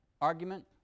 argument